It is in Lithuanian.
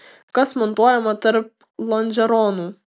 kas montuojama tarp lonžeronų